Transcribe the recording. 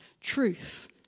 truth